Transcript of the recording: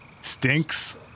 stinks